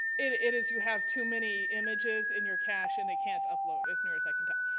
it it is you have too many images in your cache and they can't upload, as near as i can tell.